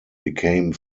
became